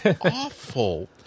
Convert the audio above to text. awful